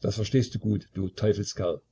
das verstehst du gut du teufelskerl